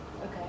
Okay